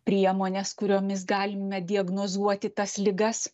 priemones kuriomis galime diagnozuoti tas ligas